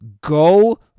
Go